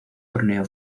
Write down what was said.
torneo